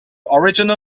original